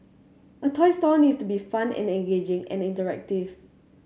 a toy store needs to be fun and engaging and interactive